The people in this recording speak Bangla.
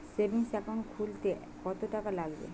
সেভিংস একাউন্ট খুলতে কতটাকা লাগবে?